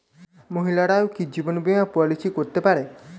মহিলারাও কি জীবন বীমা পলিসি করতে পারে?